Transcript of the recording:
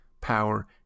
power